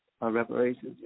reparations